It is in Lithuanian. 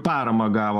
paramą gavo